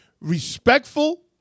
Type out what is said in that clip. respectful